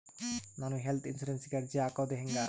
ನಾನು ಹೆಲ್ತ್ ಇನ್ಸುರೆನ್ಸಿಗೆ ಅರ್ಜಿ ಹಾಕದು ಹೆಂಗ?